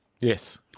Yes